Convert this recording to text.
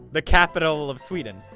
the capital of sweden.